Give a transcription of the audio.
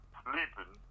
sleeping